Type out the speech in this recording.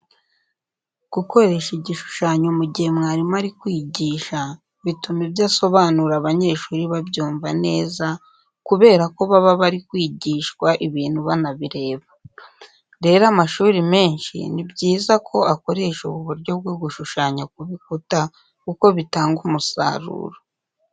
Gukoresha igishushanyo mu gihe mwarimu ari kwigisha bituma ibyo asobanura abanyeshuri babyumva neza, kubera ko baba bari kwigishwa ibintu banabireba. Rero amashuri menshi ni byiza ko akoresha ubu buryo bwo gushushanya ku bikuta kuko bitanga umusasuro.